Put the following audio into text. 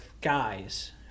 guys